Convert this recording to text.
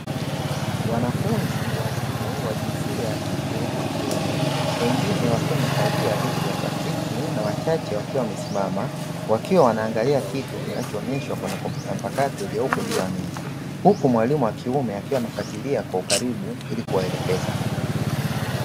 Wanafunzi wa chuo wa jinsia ya kike na kiume, wengine wakiwa wamekalia viti vya plastiki na wachache wakiwa wamesimama, wakiwa wanaangalia kitu kinachoonyeshwa kwenye kompyuta mpakato iliyopo juu ya meza, huku mwalimu wa kiume akiwa anafuatilia kwa ukaribu ili kuwaelekeza.